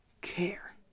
care